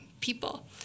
people